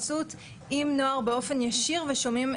והם עושים בו באמת שימושים רבים.